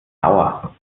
sauer